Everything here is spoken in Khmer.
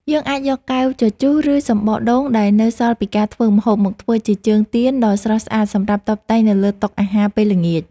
យើងអាចយកកែវជជុះ ឬ សំបកដូងដែលនៅសល់ពីការធ្វើម្ហូប មកធ្វើជាជើងទៀនដ៏ស្រស់ស្អាតសម្រាប់តុបតែងនៅលើតុអាហារពេលល្ងាច។